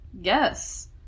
Yes